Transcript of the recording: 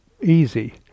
easy